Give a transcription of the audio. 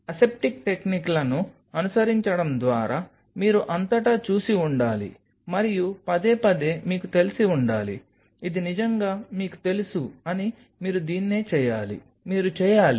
aseptic టెక్నిక్లను అనుసరించడం ద్వారా మీరు అంతటా చూసి ఉండాలి మరియు పదేపదే మీకు తెలిసి ఉండాలి ఇది నిజంగా మీకు తెలుసు అని మీరు దీన్ని చేయాలి మీరు చేయాలి